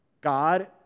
God